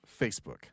Facebook